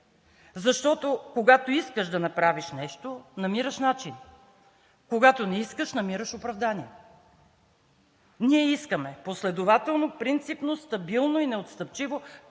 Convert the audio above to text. защото, когато искаш да направиш нещо, намираш начин, когато не искаш, намираш оправдание. Ние искаме последователно, принципно, стабилно и неотстъпчиво